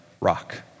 rock